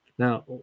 Now